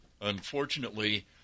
unfortunately